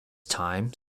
time